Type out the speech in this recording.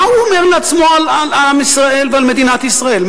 מה הוא אומר לעצמו על עם ישראל ועל מדינת ישראל?